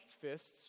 fists